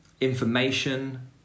information